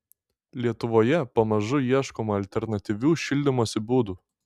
lietuvoje pamažu ieškoma alternatyvių šildymosi būdų